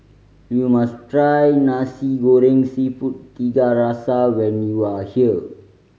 you must try Nasi Goreng Seafood Tiga Rasa when you are here